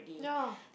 ya